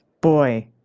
Boy